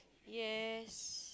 yes